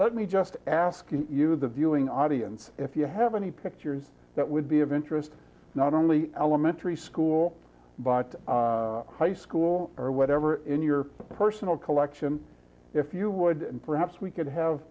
let me just ask you the viewing audience if you have any pictures that would be of interest not only elementary school but high school or whatever in your personal collection if you would perhaps we could have